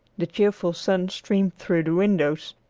the cheerful sun streamed through the windows,